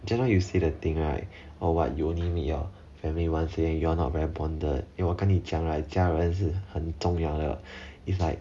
just now you say the thing right or what you only meet your family [one] say you're not very bonded eh 我跟你讲 right 家人是很重要的 it's like